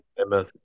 Amen